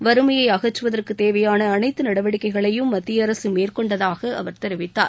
வறுமையை அகற்றுவதற்கு தேவையாள அனைத்து நடவடிக்கைகளையும் மத்திய அரசு மேற்கொண்டதாக அவர் தெரிவித்தார்